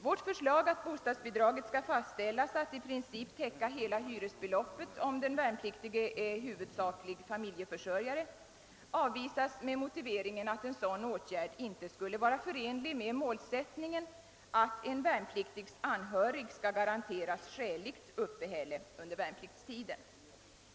Vårt förslag att bostadsbidraget skall fastställas att i princip täcka hela hyresbeloppet, om den värnpliktige är huvudsaklig familjeförsörjare, avvisas med motiveringen att en sådan åtgärd inte skulle vara förenlig med målsättningen att en värnpliktigs anhörig skall garanteras skäligt uppehälle under värnpliktstiden.